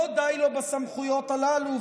לא די לו בסמכויות הללו,